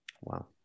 wow